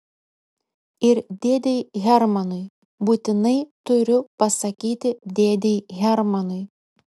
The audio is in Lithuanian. ir dėdei hermanui būtinai turiu pasakyti dėdei hermanui